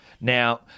now